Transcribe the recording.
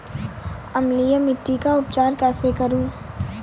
अम्लीय मिट्टी का उपचार कैसे करूँ?